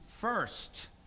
first